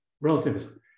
Relativism